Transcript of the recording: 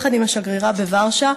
יחד עם השגרירה בוורשה,